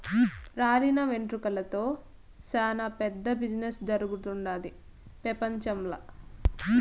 రాలిన వెంట్రుకలతో సేనా పెద్ద బిజినెస్ జరుగుతుండాది పెపంచంల